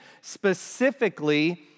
specifically